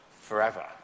forever